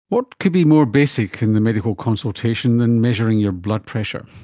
what could be more basic in the medical consultation than measuring your blood pressure?